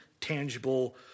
tangible